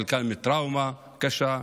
חלקן עם טראומה קשה,